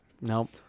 Nope